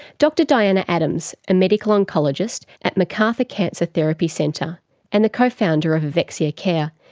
dr diana adams, a medical oncologist at macarthur cancer therapy centre and the co-founder of evexia care,